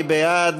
מי בעד?